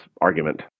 argument